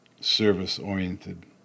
service-oriented